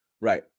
Right